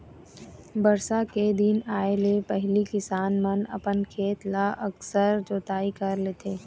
बरसा के दिन आए ले पहिली किसान मन अपन खेत ल अकरस जोतई कर लेथे